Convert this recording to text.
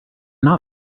not